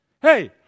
Hey